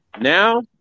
Now